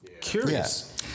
curious